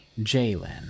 Jalen